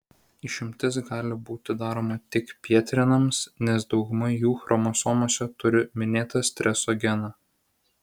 išimtis gali būti daroma tik pjetrenams nes dauguma jų chromosomose turi minėtą streso geną